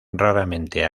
raramente